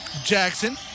Jackson